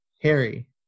Harry